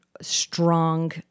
strong